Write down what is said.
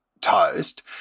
toast